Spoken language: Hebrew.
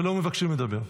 מסירים ולא מבקשים לדבר.